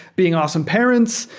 being awesome parents,